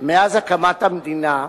מאז הקמת המדינה,